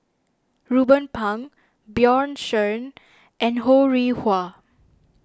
Ruben Pang Bjorn Shen and Ho Rih Hwa